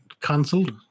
cancelled